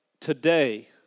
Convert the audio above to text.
today